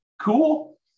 Cool